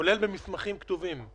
כולל במסמכים כתובים,